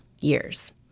years